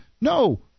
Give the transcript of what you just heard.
no